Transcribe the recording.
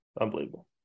unbelievable